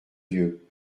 dieu